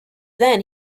then